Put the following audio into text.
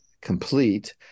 complete